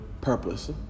purpose